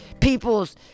people's